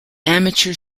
amateur